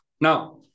Now